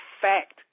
fact